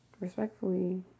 respectfully